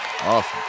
Awesome